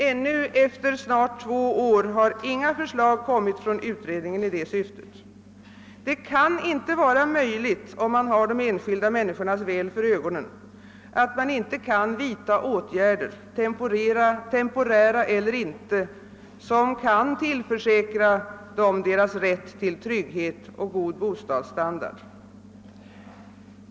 Ännu, efter snart två år, har inga förslag i detta syfte framlagts av utredningen. Det kan inte — om man har de enskilda människornas väl för ögonen — framstå som omöjligt att vidta åtgärder, temporära eller inte, som kan tillförsäkra vederbörande deras rätt till trygghet och bostadsstandard.